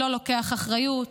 לא לוקח אחריות,